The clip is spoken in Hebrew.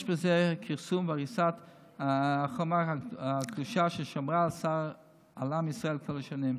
יש בזה כרסום והריסת החומה הקדושה ששמרה על עם ישראל כל השנים.